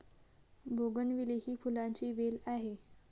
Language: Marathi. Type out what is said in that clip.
बोगनविले ही फुलांची वेल आहे